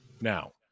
now